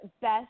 best